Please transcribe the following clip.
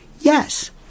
yes